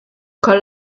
con